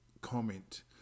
comment